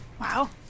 Wow